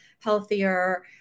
healthier